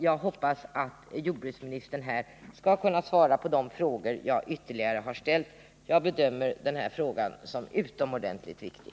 Jag hoppas att jordbruksministern här skall kunna svara på de frågor jag ytterligare ställt. Jag bedömer denna sak som utomordentligt viktig.